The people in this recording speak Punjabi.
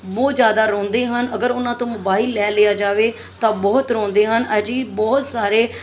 ਬਹੁਤ ਜ਼ਿਆਦਾ ਰੋਂਦੇ ਹਨ ਅਗਰ ਉਹਨਾਂ ਤੋਂ ਮੋਬਾਈਲ ਲੈ ਲਿਆ ਜਾਵੇ ਤਾਂ ਬਹੁਤ ਰੋਂਦੇ ਹਨ ਅਜਿਹੇ ਬਹੁਤ ਸਾਰੇ